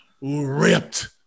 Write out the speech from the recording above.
ripped